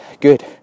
good